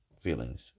feelings